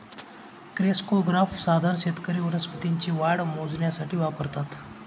crescograph साधन शेतकरी वनस्पतींची वाढ मोजण्यासाठी वापरतात